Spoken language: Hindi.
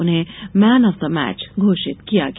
उन्हें मैन ऑफ द मैच घोषित किया गया